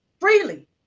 freely